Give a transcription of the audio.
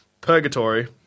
purgatory